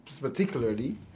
particularly